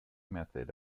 method